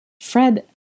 Fred